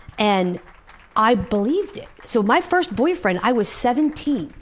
and i believed it. so my first boyfriend, i was seventeen.